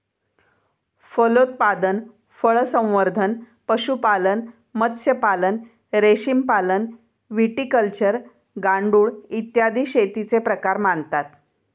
फलोत्पादन, फळसंवर्धन, पशुपालन, मत्स्यपालन, रेशीमपालन, व्हिटिकल्चर, गांडूळ, इत्यादी शेतीचे प्रकार मानतात